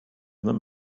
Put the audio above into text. them